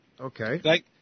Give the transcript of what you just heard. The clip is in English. Okay